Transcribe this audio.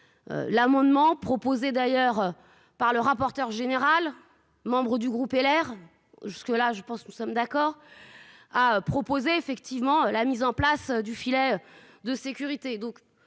L'amendement proposé d'ailleurs par le rapporteur général membre du groupe LR jusque là je pense que nous sommes d'accord. A proposé effectivement la mise en place du filet de sécurité.